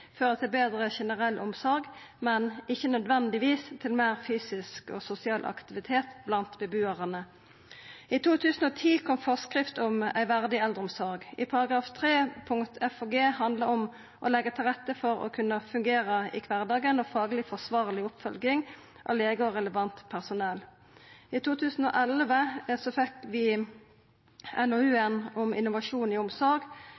fører til betre generell omsorg, men ikkje nødvendigvis til meir fysisk og sosial aktivitet blant bebuarane. I 2010 kom «Forskrift om en verdig eldreomsorg». I § 3, punktane f) og g), handlar det om å leggja til rette for å kunna fungera i kvardagen og fagleg forsvarleg oppfølging av lege og anna relevant personell. I 2011 fekk vi NOU-en Innovasjon i